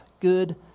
good